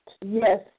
Yes